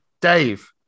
Dave